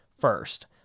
First